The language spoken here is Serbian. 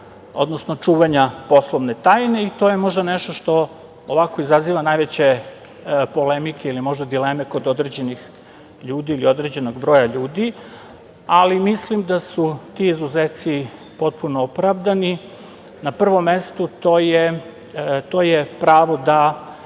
odnosno čuvanja poslovne tajne i to je možda nešto što ovako izaziva najveće polemike ili dileme kod određenih ljudi ili određenog broja ljudi, ali mislim da su ti izuzeci potpuno opravdani. Na prvom mestu to je pravo da